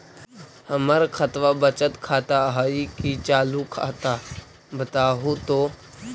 हमर खतबा बचत खाता हइ कि चालु खाता, बताहु तो?